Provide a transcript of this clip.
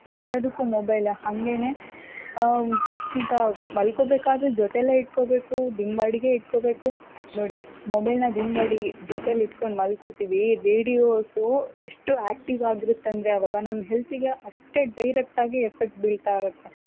ಎಲ್ಲದಕ್ಕೂ ಮೊಬೈಲ್ ಹಾಗೇನೆ ಈಗ ಮಲ್ಕೊಬೇಕಾದ್ರು ಜೊತೆಲೇ ಇಟ್ಕೋಬೇಕು ದಿಂಬಡಿಗೆ ಇಟ್ಕೋಬೇಕು ನೋಡಿ ಮೊಬೈಲನ್ನ ದಿಂಬಡಿಗೆ ಜೊತೆಲಿ ಇಟ್ಕೊಂಡು ಮಲ್ಕೊತೀವಿ ರೇಡಿಯೋಸು ಎಷ್ಟು ಆಕ್ಟಿವ್ ಆಗಿರುತ್ತಂದರೆ ಆವಾಗ ನಮ್ಮ ಹೆಲ್ತಿಗೆ ಅಷ್ಟೇ ಡೈರೆಕ್ಟಾಗಿ ಎಫೆಕ್ಟ್ ಬೀಳ್ತಾ ಇರುತ್ತೆ